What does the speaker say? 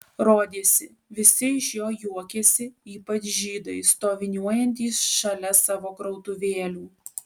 rodėsi visi iš jo juokiasi ypač žydai stoviniuojantys šalia savo krautuvėlių